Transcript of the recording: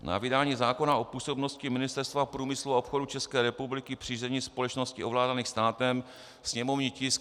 Na vydání zákona o působnosti Ministerstva průmyslu a obchodu České republiky při řízení společností ovládaných státem, sněmovní tisk 167.